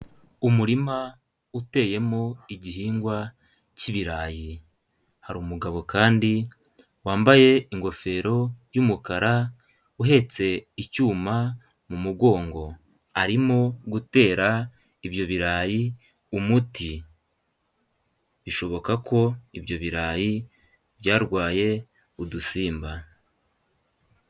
Umurima uteyemo igihingwa cy'ibirayi, hari umugabo kandi wambaye ingofero y'umukara uhetse icyuma mu mugongo arimo gutera ibyo birayi umuti, bishoboka ko ibyo birayi byarwaye udusimba.